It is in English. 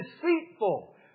deceitful